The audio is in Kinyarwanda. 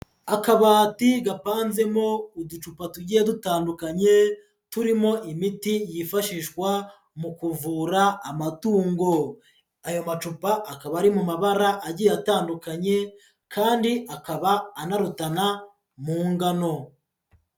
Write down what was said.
Akabati gapanzemo uducupa tugiye dutandukanye, turimo imiti yifashishwa mu kuvura amatungo, ayo macupa, akaba ari mu mabara agiye atandukanye, kandi akaba anarutana mu ngano.